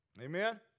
Amen